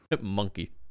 Monkey